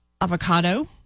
avocado